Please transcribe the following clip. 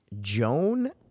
Joan